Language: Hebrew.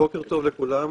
לכולם.